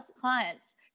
clients